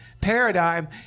paradigm